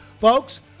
folks